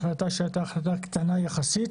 החלטה שהייתה החלטה קטנה יחסית,